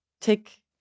take